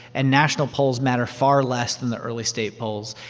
and national polls matter far less than the early state polls.